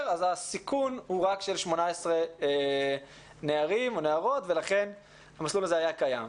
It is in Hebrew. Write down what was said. אז הסיכון הוא רק של 18 נערים או נערות ולכן המסלול הזה היה קיים.